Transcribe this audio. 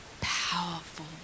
powerful